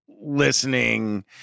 listening